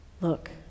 Look